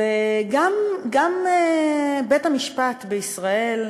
גם בית-המשפט בישראל,